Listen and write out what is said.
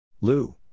Lou